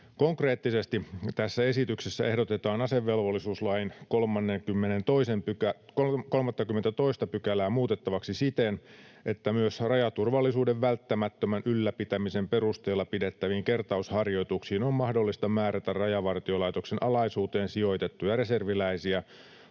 Konkreettisesti tässä esityksessä ehdotetaan asevelvollisuuslain 32 §:ää muutettavaksi siten, että myös rajaturvallisuuden välttämättömän ylläpitämisen perusteella pidettäviin kertausharjoituksiin on mahdollista määrätä Rajavartiolaitoksen alaisuuteen sijoitettuja reserviläisiä